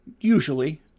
usually